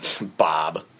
Bob